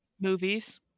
movies